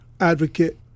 advocate